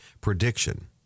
prediction